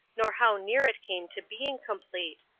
nor how near it came to being complete,